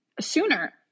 sooner